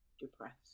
depressed